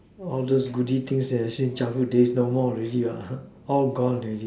all the goodies thing that I said childhood days no more already all gone already